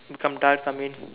become dark I mean